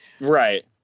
Right